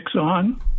on